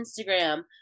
Instagram